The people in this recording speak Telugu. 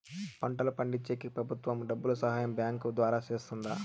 పంటలు పండించేకి ప్రభుత్వం డబ్బు సహాయం బ్యాంకు ద్వారా చేస్తుందా?